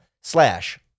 slash